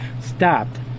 stopped